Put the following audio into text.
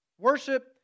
worship